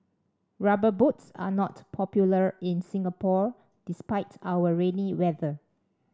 rubber boots are not popular in Singapore despite our rainy weather